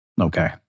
Okay